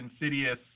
insidious